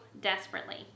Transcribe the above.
desperately